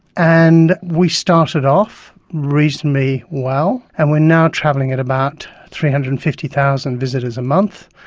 and we started off reasonably well, and we're now travelling at about three hundred and fifty thousand visitors a month.